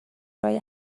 roi